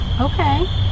Okay